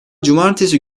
cumartesi